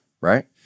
Right